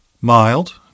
Mild